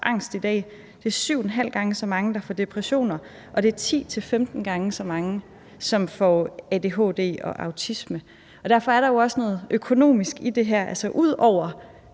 syv en halv gange så mange, der får depressioner, og det er ti til femten gange så mange, som får adhd og autisme. Derfor er der jo også noget økonomisk i det her,